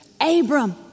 Abram